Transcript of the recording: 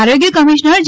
આરોગ્ય કમિશ્નર જે